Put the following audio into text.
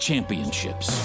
Championships